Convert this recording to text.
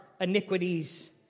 iniquities